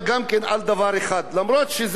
אף שזה עכשיו אנחנו,